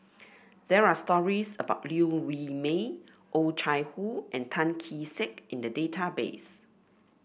there are stories about Liew Wee Mee Oh Chai Hoo and Tan Kee Sek in the database